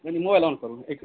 कनी mobile on करू एक